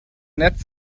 nett